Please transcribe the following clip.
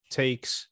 takes